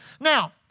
Now